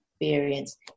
experience